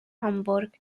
homburg